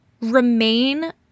remain